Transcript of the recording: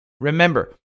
Remember